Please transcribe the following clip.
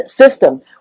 system